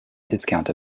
discount